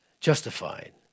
Justified